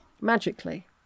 Magically